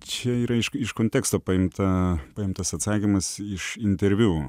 čia yra iš iš konteksto paimta paimtas atsakymas iš interviu